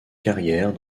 carrière